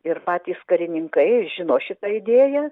ir patys karininkai žino šitą idėją